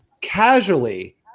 casually